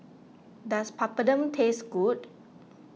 does Papadum taste good